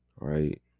Right